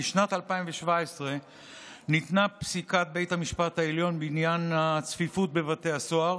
בשנת 2017 ניתנה פסיקת בית המשפט העליון בעניין הצפיפות בבתי הסוהר